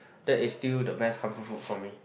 that is still the best comfort food for me